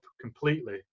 completely